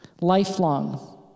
lifelong